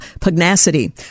pugnacity